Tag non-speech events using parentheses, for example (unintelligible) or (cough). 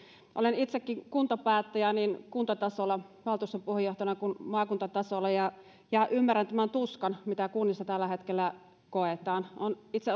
olen itsekin kuntapäättäjä niin kuntatasolla valtuuston puheenjohtajana kuin maakuntatasolla ja ja ymmärrän tämän tuskan mitä kunnissa tällä hetkellä koetaan olen itse (unintelligible)